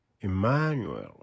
Emmanuel